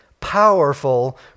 powerful